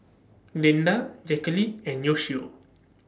Glinda Jacalyn and Yoshio